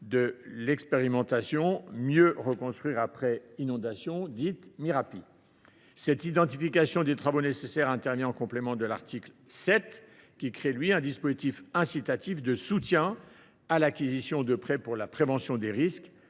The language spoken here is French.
de l’expérimentation « Mieux reconstruire après inondation ». Cette identification des travaux nécessaires intervient en complément de l’article 7, qui crée un dispositif incitatif de soutien à l’acquisition de prêts pour la prévention des risques,